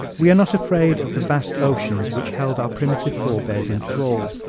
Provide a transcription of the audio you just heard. we are not afraid of the vast oceans which held our primitive forebears in thrall,